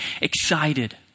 excited